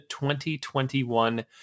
2021